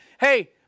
hey